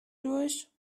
durch